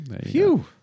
Phew